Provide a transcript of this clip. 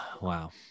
Wow